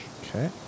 Okay